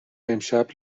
امشب